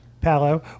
Palo